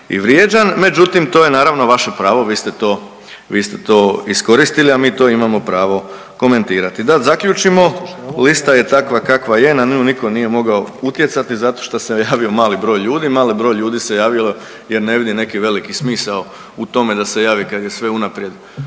međutim to je naravno vaše pravo vi ste to iskoristili, a mi to imamo pravo komentirati. Da zaključimo, lista je takva kakva je na nju niko nije mogao utjecati zato što se javio mali broj ljudi, mali broj ljudi se javilo jer ne vidi neki veliki smisao u tome da se javi kad je sve unaprijed